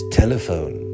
telephone